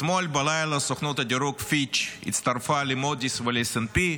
אתמול בלילה סוכנות הדירוג פיץ' הצטרפה למודי'ס ול-S&P,